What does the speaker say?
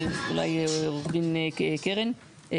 עורך הדין קרן,